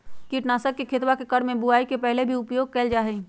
कीटनाशकवन के खेतवा के क्रम में बुवाई के पहले भी उपयोग कइल जाहई